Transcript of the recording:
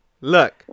Look